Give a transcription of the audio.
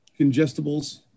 congestibles